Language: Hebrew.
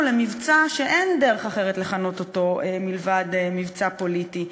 למבצע שאין דרך אחרת לכנות אותו מלבד מבצע פוליטי.